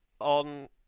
on